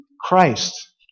Christ